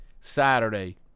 Saturday